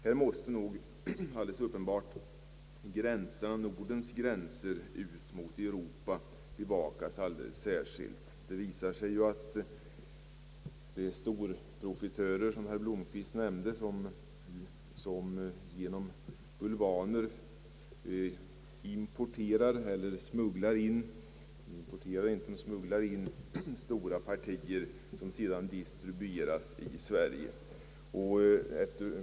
Här är det alldeles klart att Nordens gränser mot Europa måste bevakas alldeles särskilt noga. Det visar sig — som herr Blomquist nämnde — att storprofitörer genom bulvaner smugglar in stora partier, som sedan distribueras i Sverige.